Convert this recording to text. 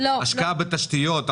השקעה בתשתיות,